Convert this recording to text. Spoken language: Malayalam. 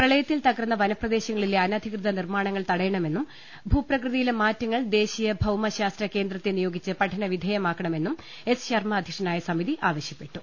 പ്രളയ ത്തിൽ തകർന്ന വനപ്രദേശങ്ങളിലെ അനധികൃത നിർമ്മാണങ്ങൾ തടയണമെന്നും ഭൂപ്രകൃതിയിലെ മാറ്റങ്ങൾ ദേശീയ ഭൌമശാസ്ത്ര കേന്ദ്രത്തെ നിയോഗിച്ച് പഠനവിധേയമാക്കണമെന്നും എസ് ശർമ്മ അധ്യക്ഷനായ സമിതി ആവശ്യപ്പെട്ടു